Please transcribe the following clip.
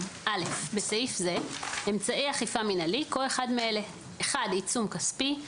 בסעיף זה - "אמצעי אכיפה מינהלי" כל אחד מאלה: עיצום כספי.